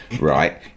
right